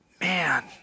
Man